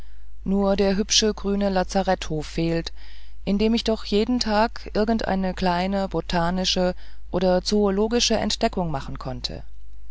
nur der hübsche grüne lazaretthof fehlt in dem ich doch jeden tag irgendeine kleine botanische oder zoologische entdeckung machen konnte